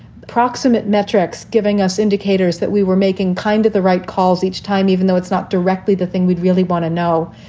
proximate metrics, giving us indicators that we were making kind of the right calls each time, even though it's not directly the thing we'd really want to know.